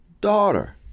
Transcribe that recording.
daughter